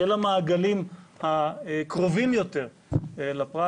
של המעגלים הקרובים יותר לפרט